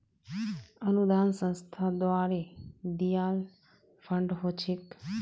अनुदान संस्था द्वारे दियाल फण्ड ह छेक